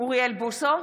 אוריאל בוסו,